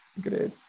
Great